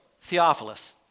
Theophilus